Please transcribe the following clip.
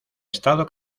estado